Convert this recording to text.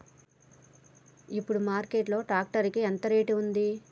ఇప్పుడు మార్కెట్ లో ట్రాక్టర్ కి రేటు ఎంత ఉంది?